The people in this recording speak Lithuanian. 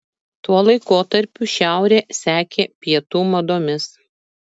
tuo laikotarpiu šiaurė sekė pietų madomis